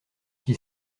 qui